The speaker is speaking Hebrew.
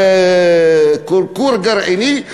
כור גרעיני,